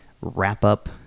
wrap-up